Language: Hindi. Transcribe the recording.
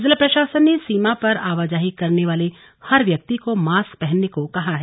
जिला प्रशासन ने सीमा पर आवाजाही करने वाले हर व्यक्ति को मास्क पहनने को कहा है